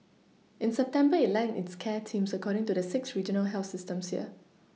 in September it aligned its care teams according to the six regional health systems here